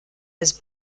his